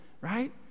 right